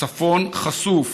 הצפון חשוף.